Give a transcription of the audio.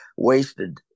wasted